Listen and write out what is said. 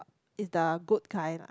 is the good guy lah